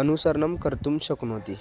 अनुसरणं कर्तुं शक्नोति